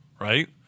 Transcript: right